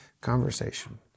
conversation